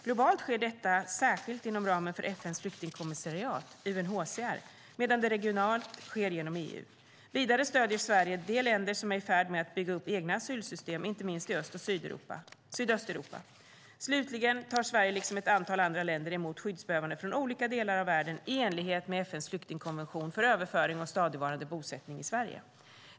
Globalt sker detta särskilt inom ramen för FN:s flyktingkommissariat, UNHCR, medan det regionalt sker genom EU. Vidare stöder Sverige de länder som är i färd med att bygga upp egna asylsystem, inte minst i Öst och Sydösteuropa. Slutligen tar Sverige liksom ett antal andra länder emot skyddsbehövande från olika delar av världen i enlighet med FN:s flyktingkonvention för överföring och stadigvarande bosättning i Sverige.